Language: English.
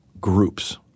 groups